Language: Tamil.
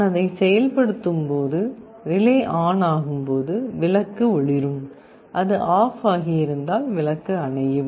நான் அதைச் செயல்படுத்தும்போது ரிலே ஆன் ஆகும் போது விளக்கு ஒளிரும் அது ஆப் ஆகியிருந்தால் விளக்கு அணையும்